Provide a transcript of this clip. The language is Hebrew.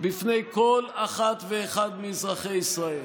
בפני כל אחת ואחד מאזרחי ישראל,